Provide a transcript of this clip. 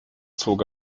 zog